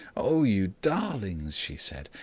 oh! you darlings! she said,